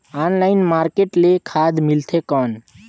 Online market ले खाद मिलथे कौन?